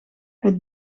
het